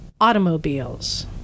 automobiles